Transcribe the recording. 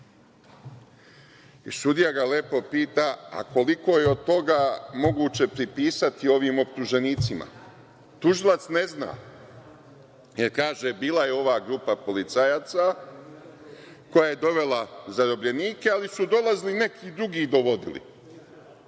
Sudija ga lepo pita – koliko je od toga moguće pripisati ovim optuženicima? Tužilac ne zna, jer kaže - bila je ova grupa policajaca koja je dovela zarobljenike, ali su dolazili i neki drugi ih dovodili.